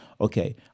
okay